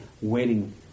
waiting